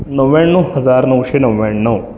नव्याण्णव हजार नऊशे नव्याण्णव